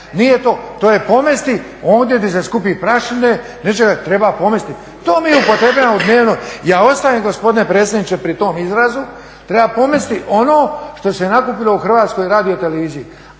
vremena. To je pomesti ondje gdje se skupi prašine, nečega, treba pomesti. To mi upotrebljavamo dnevno. Ja ostajem gospodine predsjedniče pri tom izrazu, treba pomesti ono što se nakupilo u HRT-u. A što je